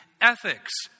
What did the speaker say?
ethics